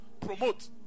promote